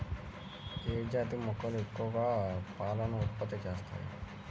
ఏ జాతి మేకలు ఎక్కువ పాలను ఉత్పత్తి చేస్తాయి?